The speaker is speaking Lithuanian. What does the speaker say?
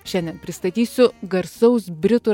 šiandien pristatysiu garsaus britų